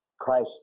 Christ